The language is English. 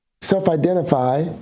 self-identify